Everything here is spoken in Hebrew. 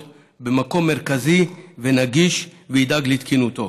במקום מרכזי ונגיש וידאג לתקינותו,